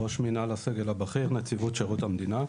ראש מנהל הסגל הבכיר נציבות שירות המדינה.